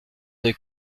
des